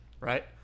right